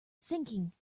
sinking